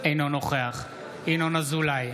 אינו נוכח ינון אזולאי,